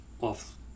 off